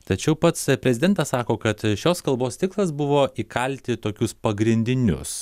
tačiau pats prezidentas sako kad šios kalbos tikslas buvo įkalti tokius pagrindinius